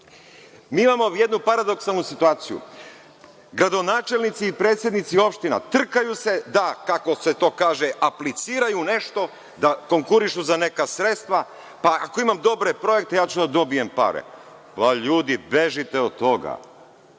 imamo jednu paradoksalnu situaciju, gradonačelnici i predsednici opština trkaju se da, kako se to kaže, apliciraju nešto, da konkurišu za neka sredstva, pa ako imam dobre projekte ja ću da dobijem pare. Ma ljudi, bežite od toga!